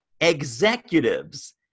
executives